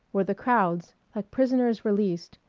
where the crowds, like prisoners released,